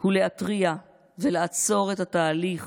הוא להתריע ולעצור את התהליך